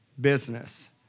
Business